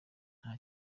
nta